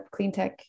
cleantech